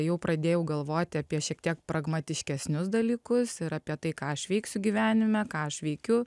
jau pradėjau galvoti apie šiek tiek pragmatiškesnius dalykus ir apie tai ką aš veiksiu gyvenime ką aš veikiu